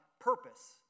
purpose